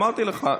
אמרתי לך.